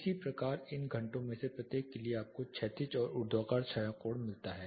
इसी प्रकार इन घंटों में से प्रत्येक के लिए आपको क्षैतिज और ऊर्ध्वाधर छाया कोण मिलता है